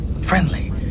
friendly